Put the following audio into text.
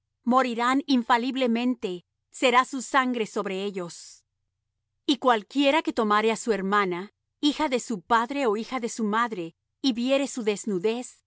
morirán infaliblemente será su sangre sobre ellos y cualquiera que tomare á su hermana hija de su padre ó hija de su madre y viere su desnudez